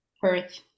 perth